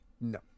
No